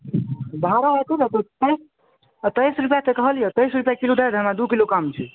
भाड़ा एते लागि जाइ छै तेइस रुपैए तऽ कहलिअऽ तेइस रुपैए दऽ दए हमरा दू किलो काम छै